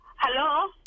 Hello